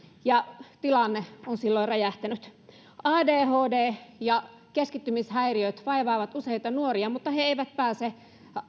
ja tilanne on silloin räjähtänyt adhd ja keskittymishäiriöt vaivaavat useita nuoria mutta he eivät pääse